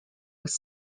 was